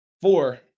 four